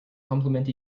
complement